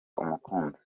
umukunzi